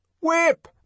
Whip